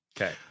okay